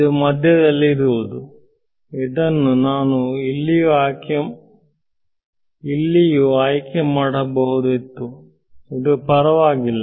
ಇದು ಮಧ್ಯದಲ್ಲಿ ಇರುವುದುಇದನ್ನು ನಾನು ಇಲ್ಲಿಯೂ ಆಯ್ಕೆ ಮಾಡಬಹುದಿತ್ತು ಇದು ಪರವಾಗಿಲ್ಲ